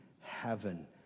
heaven